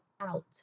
out